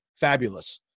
fabulous